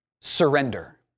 surrender